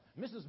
Mrs